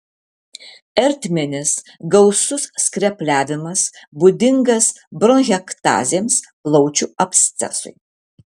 ertminis gausus skrepliavimas būdingas bronchektazėms plaučių abscesui